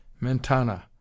Mentana